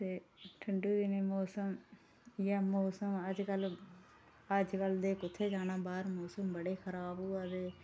ते ठंडू दे दिनें मौसम इयै मौसम अज्ज कल्ल अजकल ते कुत्थै जाना बाहर मौसम बड़े खराब होआ दे